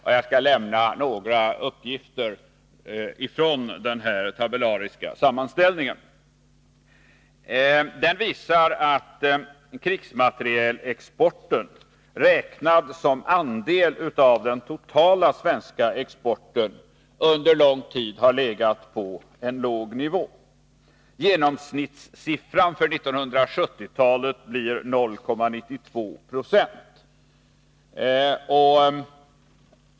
Jag skall här lämna några uppgifter från denna tabellariska sammanställning. Den visar att krigsmaterielexporten, räknad som andel av den totala svenska exporten, under lång tid har legat på en låg nivå. Genomsnittssiffran för 1970-talet blir 0,92 20.